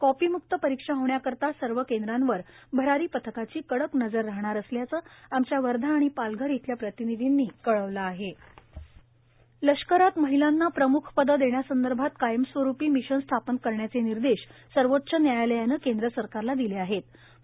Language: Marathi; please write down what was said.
कॉपीमुक्त परीक्षा होण्याकरिता सर्व केंद्रावर भरारी पथकाची कडक नजर राहणार असल्याचं आमच्या वर्धा आणि पालघर इथल्या प्रतिनिधींनी कळवलं आह लष्करात महिलांना प्रमुख पदं दप्ट्यासंदर्भात कायमस्वरूपी कमिशन स्थापन करण्याच निर्देश सर्वोच्च न्यायालयानं केंद्र सरकारला दिल आहप्रा